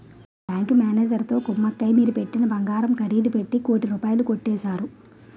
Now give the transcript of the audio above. bank మేనేజరుతో కుమ్మక్కై మీరు పెట్టిన బంగారం ఖరీదు పెట్టి కోటి రూపాయలు కొట్టేశారు